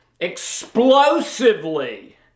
explosively